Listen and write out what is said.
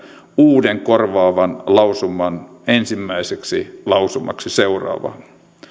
uuden korvaavan lausuman ensimmäiseksi lausumaksi